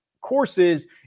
courses